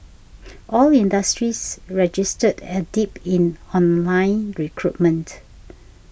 all industries registered a dip in online recruitment